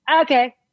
okay